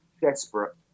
desperate